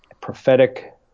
prophetic